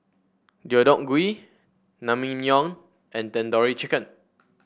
Deodeok Gui Naengmyeon and Tandoori Chicken